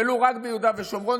ולו רק ביהודה ושומרון,